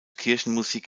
kirchenmusik